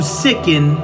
sicken